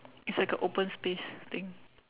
it's like a open space thing